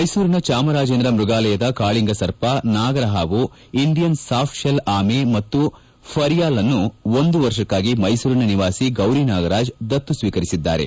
ಮೈಸೂರಿನ ಚಾಮರಾಜೇಂದ್ರ ಮ್ಯಗಾಲಯದ ಕಾಳಿಂಗ ಸರ್ಪ ನಾಗರ ಹಾವು ಇಂಡಿಯನ್ ಸಾಫ್ಟಶೆಲ್ ಆಮೆ ಮತ್ತು ಫರಿಯಾಲ್ನ್ನು ಒಂದು ವರ್ಷಕ್ಕಾಗಿ ಮೈಸೂರಿನ ನಿವಾಸಿ ಗೌರಿ ನಾಗರಾಜ್ ದತ್ತು ಸ್ತೀಕರಿಸಿದ್ದಾರೆ